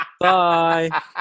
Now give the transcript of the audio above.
Bye